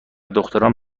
دختران